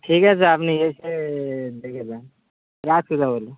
ঠিক আছে আপনি এসে দেখে যান রাখছি তাহলে